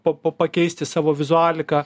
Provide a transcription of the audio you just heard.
po pakeisti savo vizualiką